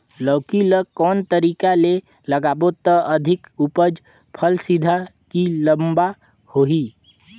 लौकी ल कौन तरीका ले लगाबो त अधिक उपज फल सीधा की लम्बा होही?